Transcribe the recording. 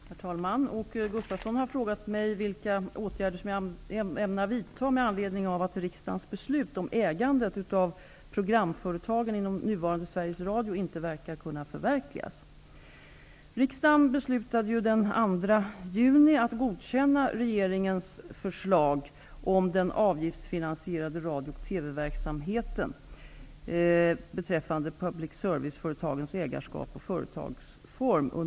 Herr talman! Åke Gustavsson har frågat mig vilka åtgärder jag ämnar vidta med anledning av att riksdagens beslut om ägandet av programbolagen inom nuvarande Sveriges Radio inte verkar kunna förverkligas.